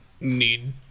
need